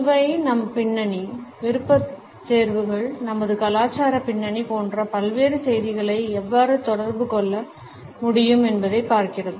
சுவை நம் பின்னணி விருப்பத்தேர்வுகள் நமது கலாச்சார பின்னணி போன்ற பல்வேறு செய்திகளை எவ்வாறு தொடர்பு கொள்ள முடியும் என்பதைப் பார்க்கிறது